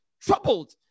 troubled